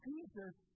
Jesus